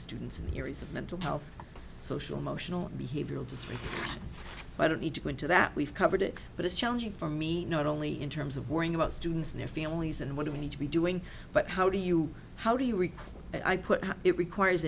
students in the areas of mental health social emotional behavioral disparate i don't need to go into that we've covered it but it's challenging for me not only in terms of worrying about students and their families and what do we need to be doing but how do you how do you require i put it requires